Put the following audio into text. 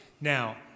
Now